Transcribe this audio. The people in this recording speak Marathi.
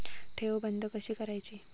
ठेव बंद कशी करायची?